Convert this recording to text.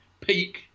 peak